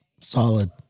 solid